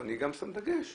ואני גם שם דגש בסוגריים,